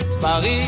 Paris